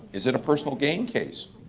is it a personal gain case?